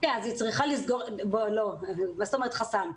מה זאת אומרת חסם?